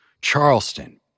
Charleston